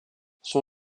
son